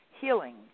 healing